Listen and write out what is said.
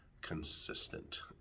consistent